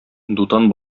дутан